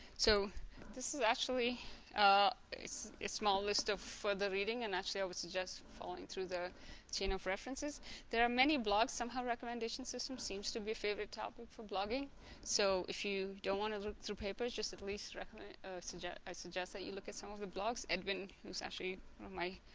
so this is actually it's a small list of further reading and actually i would suggest following through the chain of references there are many blogs somehow recommendation systems seems to be a favorite topic for blogging so if you don't want to through papers just at least. i suggest that you look at some of the blogs edwin who's actually my